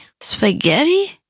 Spaghetti